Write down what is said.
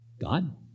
God